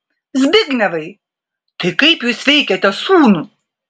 zbignevai tai kaip jūs veikiate sūnų